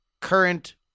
current